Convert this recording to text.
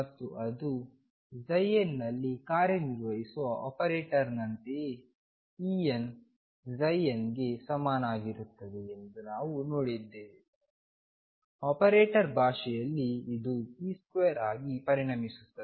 ಮತ್ತು ಅದು n ನಲ್ಲಿ ಕಾರ್ಯನಿರ್ವಹಿಸುವ ಆಪರೇಟರ್ನಂತೆಯೇ Enn ಗೆ ಸಮನಾಗಿರುತ್ತದೆ ಎಂದು ನಾವು ನೋಡಿದ್ದೇವೆ ಆಪರೇಟರ್ ಭಾಷೆಯಲ್ಲಿ ಇದು p2 ಆಗಿ ಪರಿಣಮಿಸುತ್ತದೆ